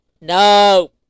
No